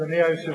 אדוני היושב-ראש,